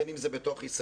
בין אם זה בתוך ישראל,